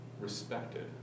respected